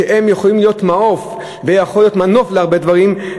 שיכולים להיות מעוף ויכולים להיות מנוף להרבה דברים,